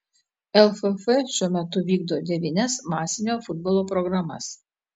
lff šiuo metu vykdo devynias masinio futbolo programas